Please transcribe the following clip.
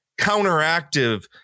counteractive